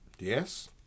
Yes